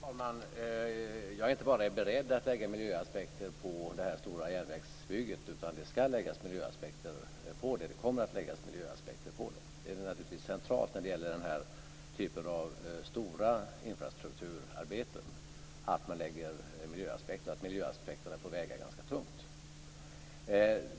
Fru talman! Jag är inte bara beredd att lägga miljöaspekter på detta stora järnvägsbygge, utan det kommer att läggas miljöaspekter på det. Det är naturligtvis centralt när det gäller den här typen av stora infrastrukturarbeten att miljöaspekterna får väga ganska tungt.